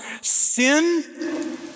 sin